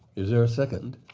is there a second?